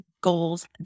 goals